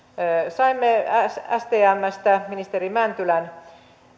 saimme stmstä ministeri mäntylän